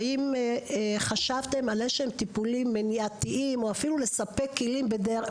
האם חשבתם על טיפולים מניעתיים או אפילו לספק כלים בדרך